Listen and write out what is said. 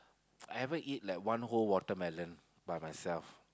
I ever eat like one whole watermelon by myself